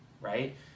right